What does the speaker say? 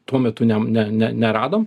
tuo metu ne ne ne neradom